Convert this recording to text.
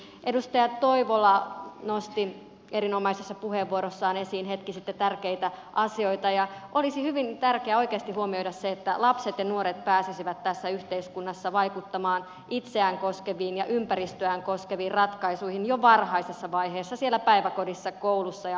edustaja toivola nosti erinomaisessa puheenvuorossaan esiin hetki sitten tärkeitä asioita ja olisi hyvin tärkeää oikeasti huomioida se että lapset ja nuoret pääsisivät tässä yhteiskunnassa vaikuttamaan itseään koskeviin ja ympäristöään koskeviin ratkaisuihin jo varhaisessa vaiheessa siellä päiväkodissa koulussa ja harrastuksissa